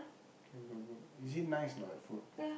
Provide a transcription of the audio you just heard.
K good good is it nice or not the food